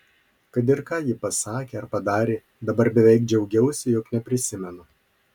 kad ir ką ji pasakė ar padarė dabar beveik džiaugiausi jog neprisimenu